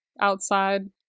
outside